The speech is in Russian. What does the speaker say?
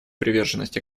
приверженность